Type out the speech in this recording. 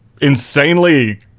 insanely